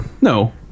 no